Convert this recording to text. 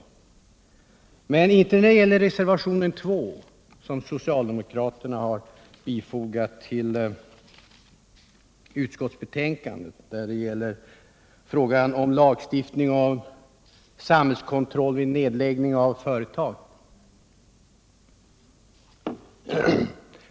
Men vi förenas inte när det gäller reservationen 2, som socialdemokraterna har fogat till utskottsbetänkandet; den avser lagstiftning om samhällskontroll vid nedläggning av företag.